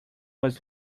was